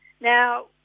Now